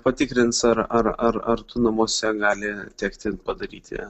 patikrins ar ar ar ar tu namuose gali tekti padaryti